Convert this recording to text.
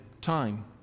time